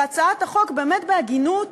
והצעת החוק באמת, בהגינות